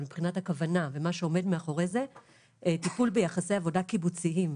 אבל מבחינת הכוונה ומה שעומד מאחורי זה - טיפול ביחסי עבודה קיבוציים,